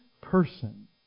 Person